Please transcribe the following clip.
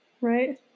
Right